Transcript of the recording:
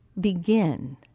begin